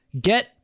get